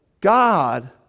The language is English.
God